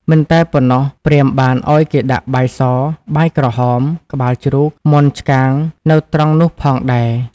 មិនតែប៉ុណ្ណោះព្រាហ្មណ៍បានឲ្យគេដាក់បាយស បាយក្រហម ក្បាលជ្រូក មាន់ឆ្កាងនៅត្រង់នោះផងដែរ។